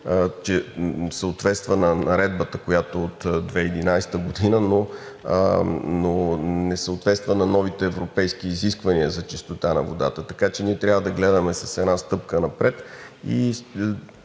че съответства на Наредбата, която е от 2011 г., но не съответства на новите европейски изисквания за чистота на водата. Така че ние трябва да гледаме с една стъпка напред.